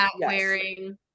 wearing